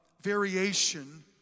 variation